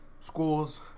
Schools